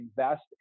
invest